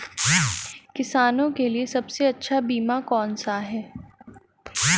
किसानों के लिए सबसे अच्छा बीमा कौन सा है?